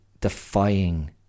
defying